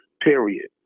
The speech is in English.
Period